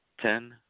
Ten